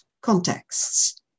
contexts